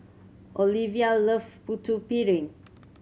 Oliva love Putu Piring